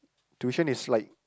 tuition is like